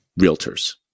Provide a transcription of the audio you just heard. realtors